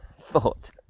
thought